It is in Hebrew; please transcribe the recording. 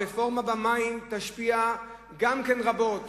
הרפורמה במים תשפיע גם כן רבות